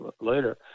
later